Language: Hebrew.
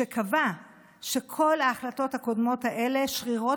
שקבע שכל ההחלטות הקודמות האלה שרירות